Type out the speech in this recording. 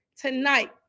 tonight